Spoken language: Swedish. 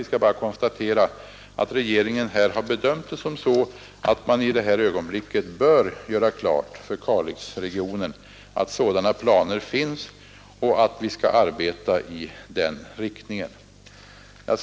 Vi skall bara konstatera att regeringen har bedömt saken så, att man i detta ögonblick bör göra klart för Kalixregionen att sådana planer finns och att vi skall arbeta i den riktningen.